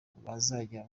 bazajya